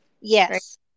yes